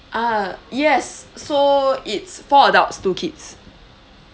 ah yes so it's four adults two kids